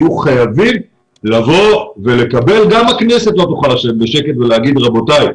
יהיו חייבים לקבל וגם הכנסת לא תוכל לשבת בשקט ולהגיד רבותיי,